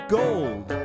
gold